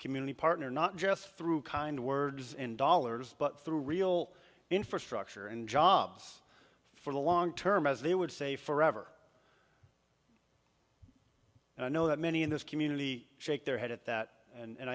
community partner not just through kind words and dollars but through real infrastructure and jobs for the long term as they would say forever and i know that many in this community shake their head at that and